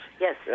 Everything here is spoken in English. Yes